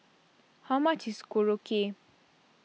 how much is Korokke